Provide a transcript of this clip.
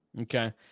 Okay